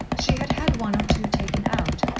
she had had one or two taken out,